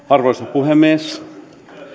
arvoisa puhemies